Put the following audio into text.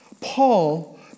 Paul